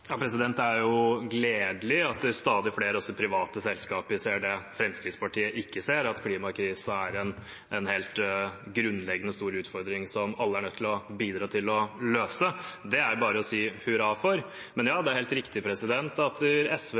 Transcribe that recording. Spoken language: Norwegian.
Det er gledelig at stadig flere også private selskaper ser det som Fremskrittspartiet ikke ser, at klimakrisen er en helt grunnleggende og stor utfordring som alle er nødt til å bidra til å løse. Det er bare å si hurra for det. Men det er helt riktig at SV